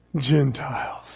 Gentiles